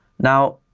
now,